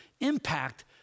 impact